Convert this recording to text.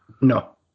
No